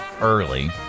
early